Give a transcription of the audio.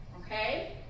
okay